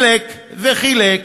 חילק וחילק,